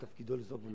זה תפקידו לזעוק ולומר.